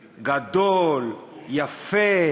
גדול, יפה.